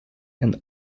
and